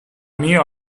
mio